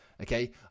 okay